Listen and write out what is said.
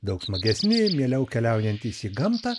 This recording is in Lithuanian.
daug smagesni mieliau keliaujantys į gamtą